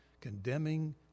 condemning